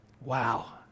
wow